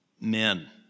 men